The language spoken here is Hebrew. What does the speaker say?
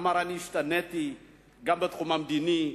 הוא אמר: השתניתי גם בתחום המדיני,